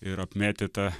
ir apmėtyta